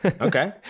Okay